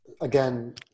Again